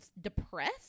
depressed